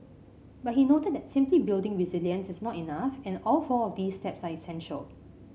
but he noted that simply building resilience is not enough and all four of these steps are essential